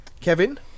Kevin